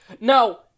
Now